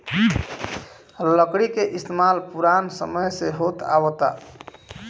लकड़ी के इस्तमाल पुरान समय से होत आवता